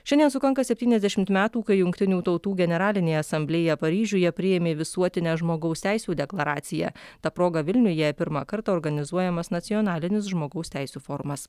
šiandien sukanka septyniasdešimt metų kai jungtinių tautų generalinė asamblėja paryžiuje priėmė visuotinę žmogaus teisių deklaraciją ta proga vilniuje pirmą kartą organizuojamas nacionalinis žmogaus teisių formas